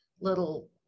little